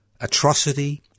atrocity